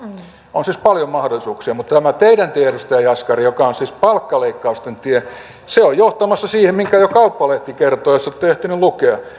on siis paljon mahdollisuuksia mutta tämä teidän tienne edustaja jaskari joka on siis palkkaleikkausten tie on johtamassa siihen minkä jo kauppalehti kertoi jos ette ehtinyt lukea